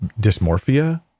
dysmorphia